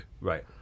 Right